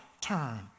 turn